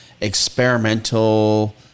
experimental